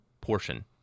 portion